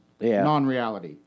non-reality